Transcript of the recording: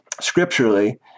scripturally